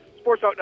Sports